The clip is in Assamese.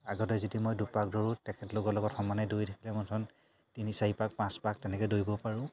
আগতে যদি মই দুপাক দৌৰো তেখেতলোকৰ লগত সমানে দৌৰি থাকিলে মইতো তিনি চাৰি পাক পাঁচ পাক তেনেকৈ দৌৰিব পাৰোঁ